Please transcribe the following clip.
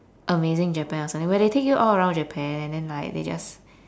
amazing japan or something where they take you all around japan and then like they just